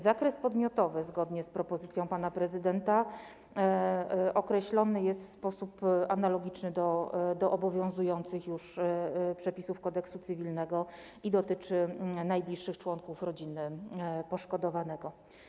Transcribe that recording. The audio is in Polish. Zakres podmiotowy zgodnie z propozycją pana prezydenta określony jest w sposób analogiczny do obowiązujących już przepisów Kodeksu cywilnego i dotyczy najbliższych członków rodziny poszkodowanego.